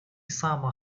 сама